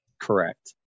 Correct